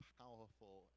powerful